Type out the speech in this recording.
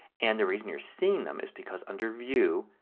and the reason you are seeing them is because under view,